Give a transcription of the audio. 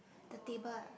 the table ah